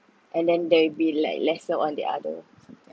and then there'd be like lesser on the other segment